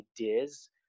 ideas